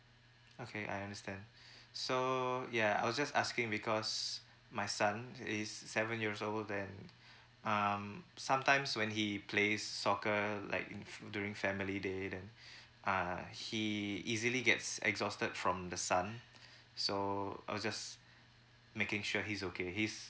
okay I understand so yeah I was just asking because my son is seven years old then um sometimes when he plays soccer like in during family day then uh he easily gets exhausted from the sun so I was just making sure he's okay he's